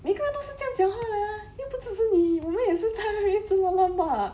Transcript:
每个人都是这样讲话的啊又不只是你我们也是在那边乱乱骂